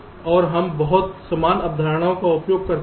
और हम बहुत समान अवधारणाओं का उपयोग करते हैं